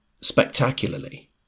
spectacularly